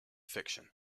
fiction